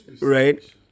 right